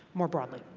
more broadly